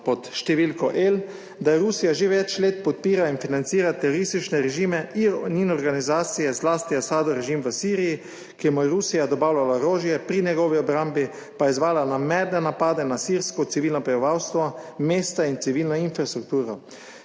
pod številko El, da Rusija že več let podpira in financira teroristične režime in organizacije, zlasti Asadov režim v Siriji, ki mu je Rusija dobavljala orožje, pri njegovi obrambi pa je izzvala namerne napade na sirsko civilno prebivalstvo, mesta in civilno infrastrukturo,